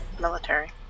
military